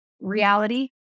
reality